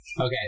okay